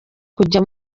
kujya